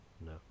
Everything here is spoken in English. No